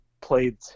played